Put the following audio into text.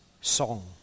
song